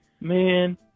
man